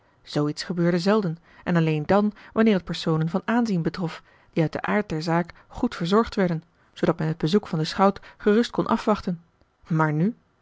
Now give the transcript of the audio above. iets gebeurde zelden en alleen dàn wanneer het personen van aanzien betrof die uit den aard der zaak goed verzorgd werden zoodat men het bezoek van den schout gerust kon afwachten maar nu